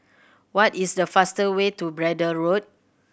what is the fast way to Braddell Road